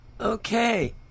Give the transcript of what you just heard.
Okay